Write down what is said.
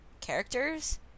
characters